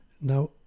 Now